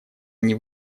они